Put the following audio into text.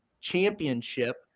Championship